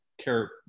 care